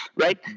right